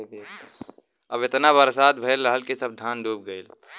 अब एतना बरसात भयल रहल कि सब धान डूब गयल